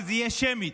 והיא תהיה שמית.